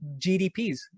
GDPs